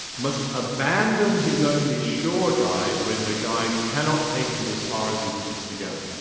must abandon his only sure guide when the guide cannot take him as far as he wishes to go.